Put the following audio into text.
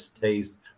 taste